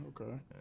okay